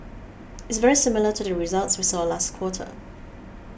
it's very similar to the results we saw last quarter